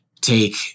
take